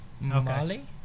Mali